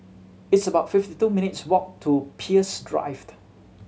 it's about fifty two minutes' walk to Peirce Drived